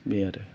बे आरो